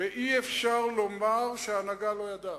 ואי-אפשר לומר שההנהגה לא ידעה.